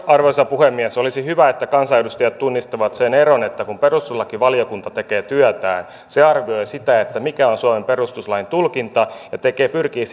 arvoisa puhemies olisi hyvä että kansanedustajat tunnistaisivat sen eron että kun perustuslakivaliokunta tekee työtään se arvioi sitä mikä on suomen perustuslain tulkinta ja pyrkii